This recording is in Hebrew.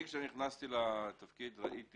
כשנכנסתי לתפקיד ראיתי